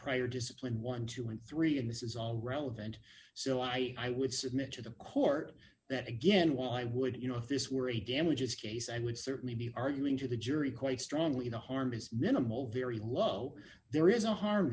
prior discipline twelve and three and this is all relevant so i i would submit to the court that again why would you know if this were a damages case and would certainly be arguing to the jury quite strongly no harm is minimal very low there is no harm